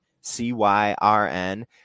C-Y-R-N